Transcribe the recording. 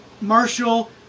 Marshall